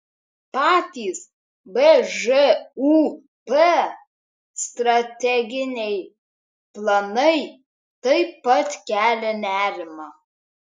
patys bžūp strateginiai planai taip pat kelia nerimą